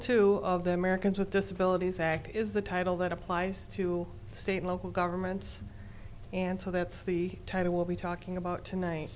to the americans with disabilities act is the title that applies to state local governments and so that's the title we'll be talking about tonight